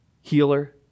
Healer